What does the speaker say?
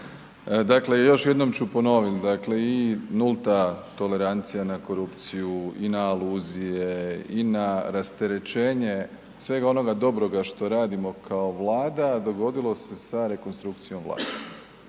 Dakle još jednom ću ponoviti dakle i nulta tolerancija na korupciju i na iluzije i na rasterečenje svega onoga dobroga što radimo kao Vlada dogodilo se sa rekonstrukcijom Vlade.